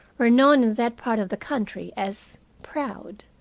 were known in that part of the country as proud.